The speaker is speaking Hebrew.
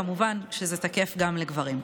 כמובן שזה תקף גם לגברים.